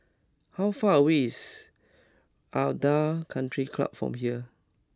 how far away is Aranda Country Club from here